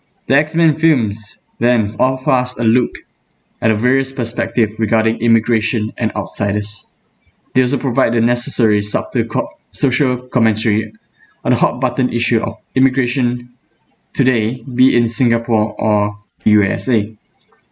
the X-men films then offer us a look at the various perspective regarding immigration and outsiders they also provide the necessary subtle co~ social commentary on a hot button issue of immigration today be in singapore or U_S_A